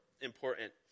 important